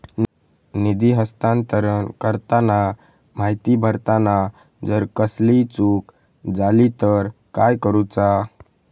निधी हस्तांतरण करताना माहिती भरताना जर कसलीय चूक जाली तर काय करूचा?